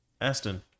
Aston